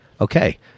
okay